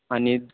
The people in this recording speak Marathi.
आणि